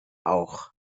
auch